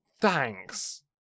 thanks